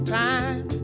time